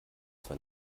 zwar